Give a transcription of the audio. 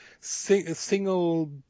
single